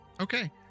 Okay